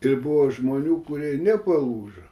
ir buvo žmonių kurie nepalūžo